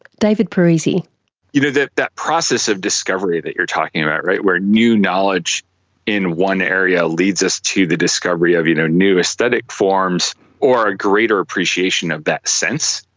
david parisi you know, that that process of discovery that you're talking about, where new knowledge in one area leads us to the discovery of you know new aesthetic forms or a greater appreciation of that sense,